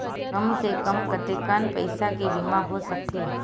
कम से कम कतेकन पईसा के बीमा हो सकथे?